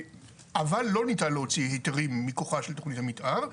אבל לא ניתן להוציא היתרים מכוחה של תכנית המתאר,